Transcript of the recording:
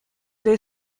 they